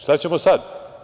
Šta ćemo sad?